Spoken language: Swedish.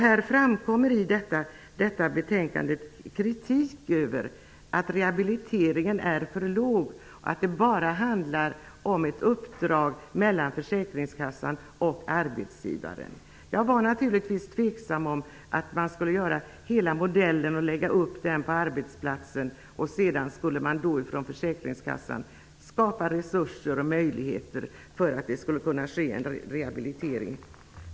Det framförs i betänkandet kritik över att rehabiliteringen är av för liten omfattning, att det bara handlar om ett uppdrag mellan försäkringskassan och arbetsgivaren. Jag var naturligtvis tveksam till modellen att ansvaret skulle ligga på arbetsplatsen och att försäkringskassan skulle skapa resurser för rehabilitering.